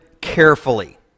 carefully